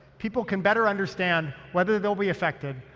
people can better understand whether they'll be affected,